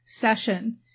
session